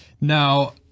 now